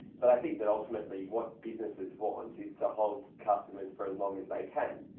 but i think that ultimately what businesses want is to hold customers for as long as they can,